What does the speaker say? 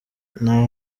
nta